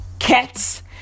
Cats